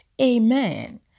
amen